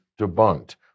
debunked